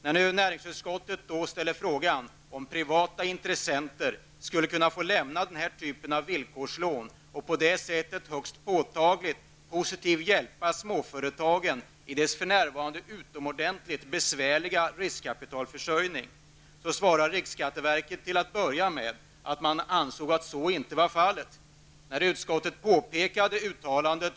När näringsutskottet nu ställer frågan om privata intressenter skulle kunna få lämna denna typ av villkorslån och på det sättet högst påtagligt positivt hjälpa småföretagen i deras för närvarande utomordentligt besvärliga riskkapitalförsörjning, svarar riksskatteverket till att börja med att man ansåg att så inte var fallet.